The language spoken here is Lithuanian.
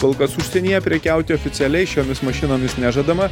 kol kas užsienyje prekiauti oficialiai šiomis mašinomis nežadama